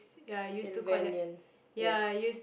silvenian yes